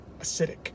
acidic